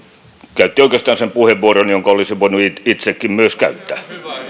käytti oikeastaan sen puheenvuoron jonka olisin voinut itsekin käyttää